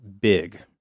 big